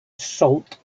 sault